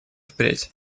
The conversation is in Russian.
впредь